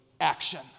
action